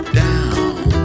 down